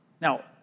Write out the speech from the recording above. Now